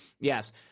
yes